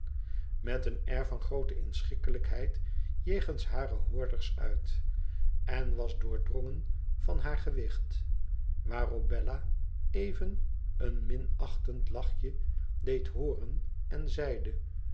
air van groote inschikkelijkheid jegens hare hoorders uit en was doordrongen van haar gewicht waarop bella even een minachtend lachje deed hooren en zeide